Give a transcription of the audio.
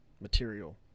material